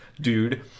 Dude